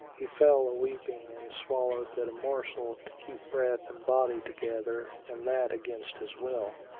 he fell a weeping and swallowed but a morsel to keep breath and body together, and that against his will.